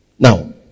Now